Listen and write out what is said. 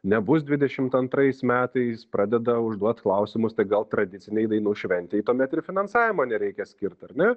nebus dvidešimt antrais metais pradeda užduot klausimus tai gal tradicinei dainų šventei tuomet ir finansavimo nereikia skirt ar ne